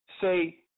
Say